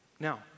Now